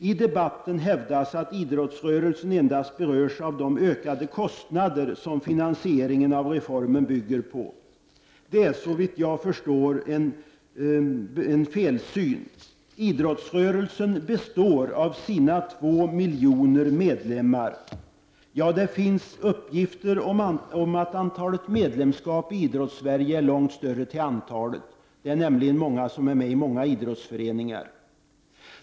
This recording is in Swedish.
I debatten hävdas att idrottsrörelsen endast berörs av de ökade kostnader som finansieringen av reformen bygger på. Det är, såvitt jag förstår, en felsyn. Idrottsrörelsen består av sina cirka två miljoner medlemmar. Ja, det finns uppgifter om att antalet medlemskap i Idrottssverige är långt större till antalet. Det är nämligen många som är med i flera idrottsföreningar.